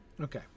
Okay